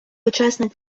учасник